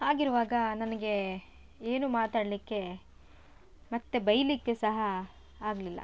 ಹಾಗಿರುವಾಗ ನನಗೆ ಏನು ಮಾತಾಡಲಿಕ್ಕೆ ಮತ್ತು ಬೈಯಲಿಕ್ಕೆ ಸಹಾ ಆಗಲಿಲ್ಲ